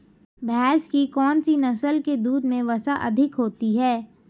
भैंस की कौनसी नस्ल के दूध में वसा अधिक होती है?